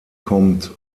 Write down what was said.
kommt